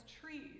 trees